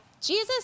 Jesus